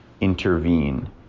intervene